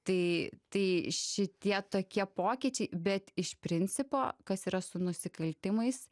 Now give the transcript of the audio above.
tai tai šitie tokie pokyčiai bet iš principo kas yra su nusikaltimais